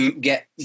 get